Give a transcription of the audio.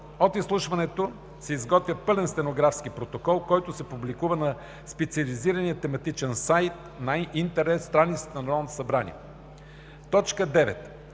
От изслушването се изготвя пълен стенографски протокол, който се публикува на специализирания тематичен сайт на интернет страницата на Народното събрание. 9.